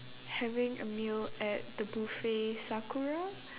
having a meal at the buffet sakura